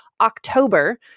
October